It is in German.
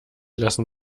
lassen